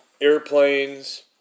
airplanes